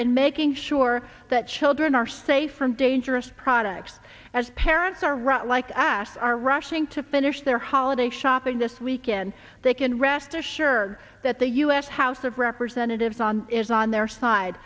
in making sure that children are safe from dangerous products as parents are right like i asked are rushing to finish their holiday shopping this weekend they can rest assured that the u s house of representatives on is on their side